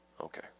Okay